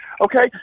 okay